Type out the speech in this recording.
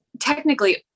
technically